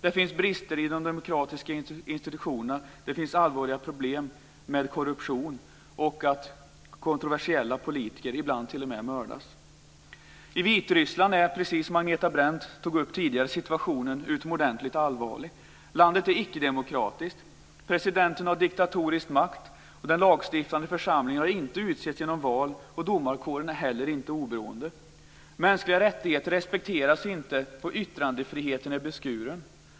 Det finns brister i de demokratiska institutionerna. Det finns allvarliga problem med korruption och att kontroversiella politiker ibland t.o.m. mördas. I Vitryssland är situationen, precis som Agneta Brendt tog upp tidigare, utomordentligt allvarlig. Landet är icke-demokratiskt. Presidenten har diktatorisk makt, och den lagstiftande församlingen har inte utsetts genom val. Domarkåren är heller inte oberoende. Mänskliga rättigheter respekteras inte, och yttrandefriheten är beskuren.